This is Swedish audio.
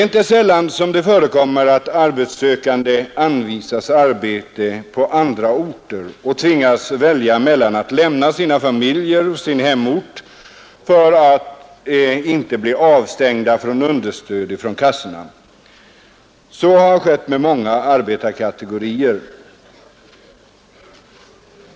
Inte sällan förekommer det att arbetssökande anvisas arbete på andra orter och tvingas välja mellan att lämna sina familjer och sin hemort och att bli avstängda från understöd från kassorna. Så har skett med många arbetarkategorier.